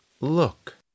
look